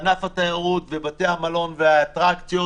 ענף התיירות ובתי המלון והאטרקציות.